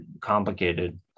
complicated